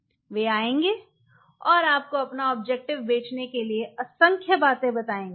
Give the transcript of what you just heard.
वे आएंगे और आपको अपना ऑब्जेक्टिव बेचने के लिए असंख्य बातें बताएंगे